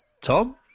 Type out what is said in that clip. Tom